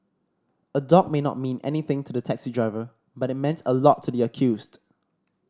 a dog may not mean anything to the taxi driver but it meant a lot to the accused